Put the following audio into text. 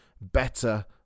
better